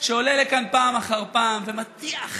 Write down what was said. שעולה לכאן פעם אחר פעם ומטיח